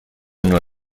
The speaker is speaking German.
nur